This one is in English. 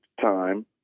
time